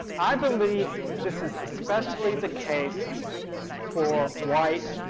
i believe this is especially the case for white,